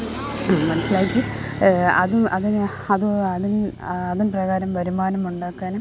മനസിലാക്കി അത് അതിന് അത് അതിന് അതിൻപ്രകാരം വരുമാനം ഉണ്ടാക്കാനും